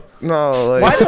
No